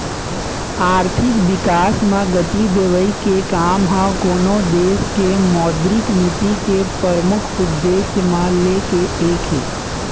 आरथिक बिकास म गति देवई के काम ह कोनो देश के मौद्रिक नीति के परमुख उद्देश्य म ले एक हे